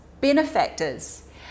benefactors